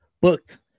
booked